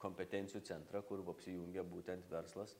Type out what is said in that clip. kompetencijų centrą kur v apsijungia būtent verslas